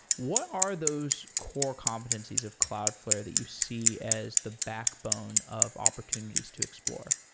what are those core competencies of cloudflare that you see as the backbone of opportunities to explore?